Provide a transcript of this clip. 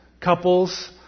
couples